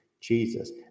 Jesus